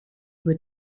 would